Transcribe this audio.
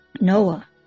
Noah